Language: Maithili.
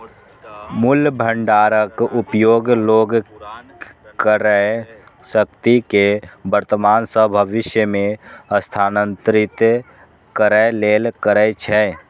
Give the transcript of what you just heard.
मूल्य भंडारक उपयोग लोग क्रयशक्ति कें वर्तमान सं भविष्य मे स्थानांतरित करै लेल करै छै